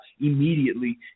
immediately